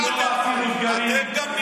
אתם דיברתם על סגר.